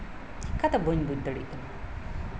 ᱚᱱᱠᱟ ᱫᱚ ᱵᱟᱹᱧ ᱵᱩᱡᱽ ᱫᱟᱲᱮᱭᱟᱜ ᱠᱟᱱᱟ